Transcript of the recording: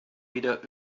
wieder